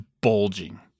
bulging